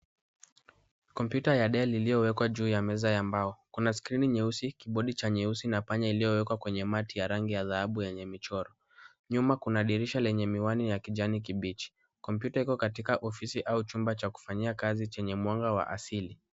Kompyuta ya Dell iliyowekwa juu ya meza ya mbao. Kuna skrini nyeusi, kibodi cheusi na panya iliyowekwa kwenye mati ya rangi ya dhahabu yenye michoro. Nyuma kuna dirisha yenye miwani ya kijani kibichi. Kompyuta iko katika ofisi au chumba cha kufanyia kazi chenye mwanga wa asili.